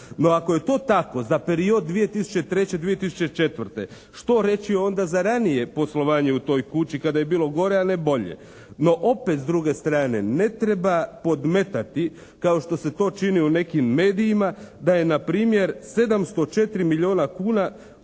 No, ako je to tako za period 2003.-2004. što reći onda za ranije poslovanje u toj kući kada je bilo gore a ne bolje. No opet, s druge strane ne treba podmetati kao što se to čini u nekim medijima da je na primjer 704 milijuna kuna